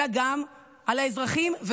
אבל לפעמים זה לא ביכולת השרים אלא גם על האזרחים,